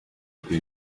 muri